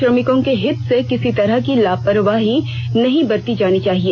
श्रमिकों के हित से किसी तरह की लापरवाही नहीं बरती जानी चाहिए